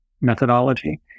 methodology